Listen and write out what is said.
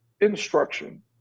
instruction